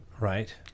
right